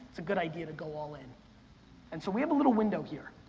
it's a good idea to go all-in. and so we have a little window here.